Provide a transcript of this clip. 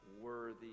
Worthy